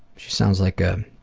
she sounds like a